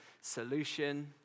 solution